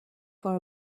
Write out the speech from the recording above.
for